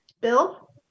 Bill